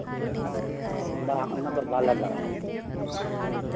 ᱵᱟ ᱚᱱᱟ ᱫᱚ ᱵᱟᱝᱞᱮ ᱵᱟᱲᱟᱭᱟ